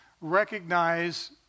recognize